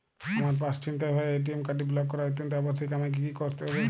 আমার পার্স ছিনতাই হওয়ায় এ.টি.এম কার্ডটি ব্লক করা অত্যন্ত আবশ্যিক আমায় কী কী করতে হবে?